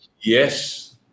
Yes